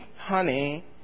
honey